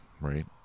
right